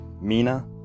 Mina